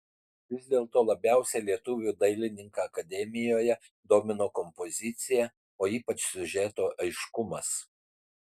vis dėlto labiausiai lietuvį dailininką akademijoje domino kompozicija o ypač siužeto aiškumas